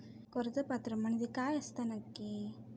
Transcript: कर्ज पात्र म्हणजे काय असता नक्की?